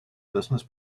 business